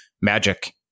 magic